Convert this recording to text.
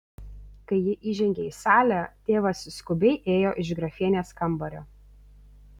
kai ji įžengė į salę tėvas skubiai ėjo iš grafienės kambario